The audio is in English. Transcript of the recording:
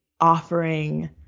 offering